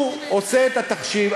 הוא עושה את התחשיב,